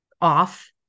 off